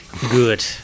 Good